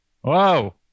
whoa